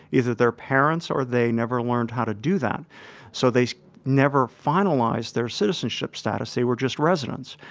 either their parents or they never learned how to do that so they never finalized their citizenship status. they were just residents.